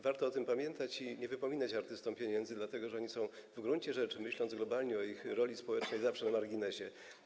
Warto o tym pamiętać i nie wypominać artystom pieniędzy, dlatego że oni są w gruncie rzeczy, myśląc globalnie o ich roli społecznej, zawsze na marginesie.